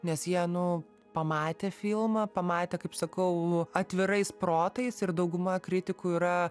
nes jie nu pamatė filmą pamatė kaip sakau atvirais protais ir dauguma kritikų yra